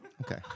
Okay